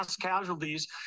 casualties